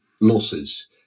losses